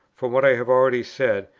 from what i have already said,